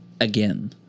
again